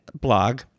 blog